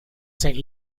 saint